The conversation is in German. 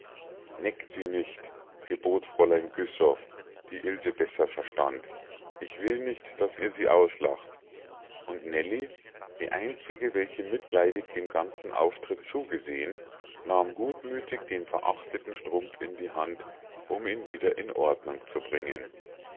neckt sie nicht gebot fräulein güssow die ilse besser verstand ich will nicht daß ihr sie auslacht und nellie die einzige welche mitleidig dem ganzen auftritt zugesehen nahm gutmütig den verachteten strumpf in die hand um ihn wieder in ordnung zu bringen